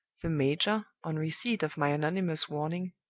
the major, on receipt of my anonymous warning,